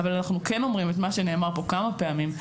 אבל אנחנו כן אומרים את מה שנאמר פה כמה פעמים,